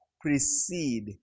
precede